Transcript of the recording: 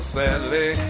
sadly